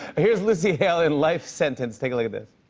here's lucy hale in life sentence. take a look at this.